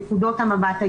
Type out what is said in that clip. נקודות המבט,